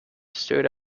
stirred